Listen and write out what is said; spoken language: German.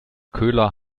köhler